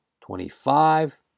twenty-five